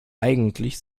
eigentlich